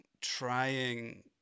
trying